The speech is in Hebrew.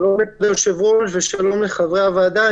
שלום לאדוני היושב-ראש ושלום לחברי הוועדה,